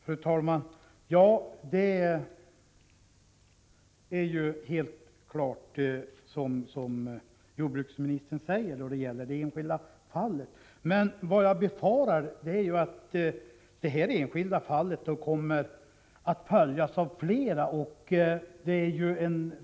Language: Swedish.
Fru talman! Ja, det är ju helt klart som jordbruksministern säger då det gäller det enskilda fallet. Men jag befarar att det här enskilda fallet kommer att följas av flera.